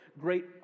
great